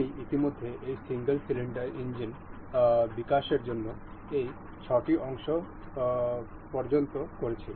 আমি ইতিমধ্যে এই সিঙ্গেল সিলিন্ডার ইঞ্জিন বিকাশের জন্য এই 6 টি অংশ প্রস্তুত করেছি